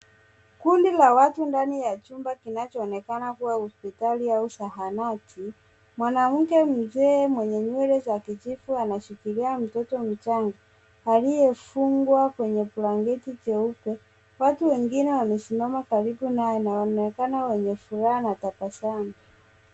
Kundi la watu ndani ya chumba kinachoonekana kuwa hospitali au zahanati. Mwanamke mzee mwenye nywele za kijivu anashikilia mtoto mchanga aliyefungwa kwenye blanketi jeupe. Watu wengine wamesimama karibu naye na wanaonekana wenye furaha na tabasamu.